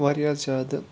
واریاہ زیادٕ